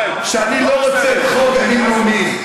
שאני לא רוצה את חוק גנים לאומיים,